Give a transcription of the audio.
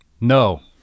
No